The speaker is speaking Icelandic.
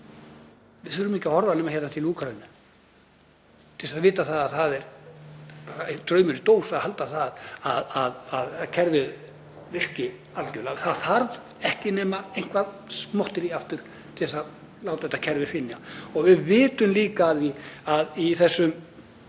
Við þurfum ekki að horfa nema til Úkraínu til þess að vita að það er draumur í dós að halda að kerfið virki algjörlega. Það þarf ekki nema eitthvert smotterí aftur til að láta þetta kerfi hrynja. Við vitum líka að í kerfinu